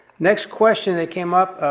next question that came up,